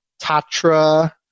Tatra